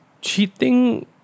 cheating